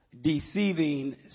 deceiving